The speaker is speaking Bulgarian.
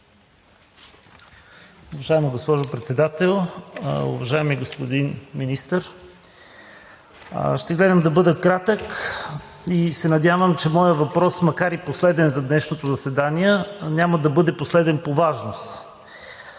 Уважаема госпожо Председател, уважаеми господин Министър! Ще гледам да бъда кратък и се надявам, че моят въпрос, макар и последен за днешното заседание, няма да бъде последен по важност.